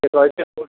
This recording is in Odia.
ସେ କହିଛି କେଉଁଠି